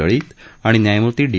लळीत आणि न्यायमूर्ती डी